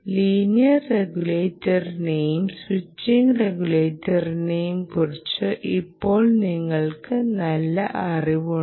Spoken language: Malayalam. ലീനിയർ റെഗുലേറ്ററിനെയും സ്വിച്ചിംഗ് റെഗുലേറ്ററിനെയും കുറിച്ച് ഇപ്പോൾ നിങ്ങൾക്ക് നല്ല അറിവുണ്ട്